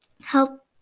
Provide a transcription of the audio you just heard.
help